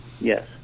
Yes